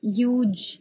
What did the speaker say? huge